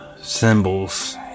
symbols